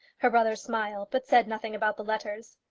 her brother smiled, but said nothing about the letters.